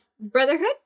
brotherhood